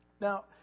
Now